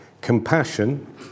compassion